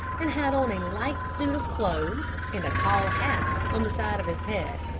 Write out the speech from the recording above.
and had on a light suit of clothes, and a tall hat on the side of his head,